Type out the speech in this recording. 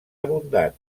abundant